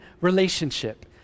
relationship